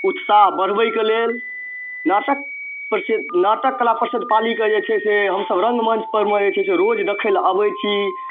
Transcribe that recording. उत्साह बढ़बैके लेल नाटक प्रसिद्ध नाटक कला प्रसिद्ध पालीके जे छै से हमसब रङ्गमञ्चपरमे जे छै से रोज देखैलए आबै छी